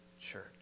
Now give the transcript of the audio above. church